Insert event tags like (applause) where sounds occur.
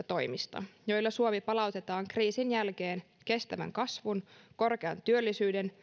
(unintelligible) toimista joilla suomi palautetaan kriisin jälkeen kestävän kasvun korkean työllisyyden